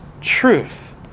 truth